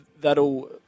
That'll